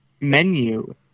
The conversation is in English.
menu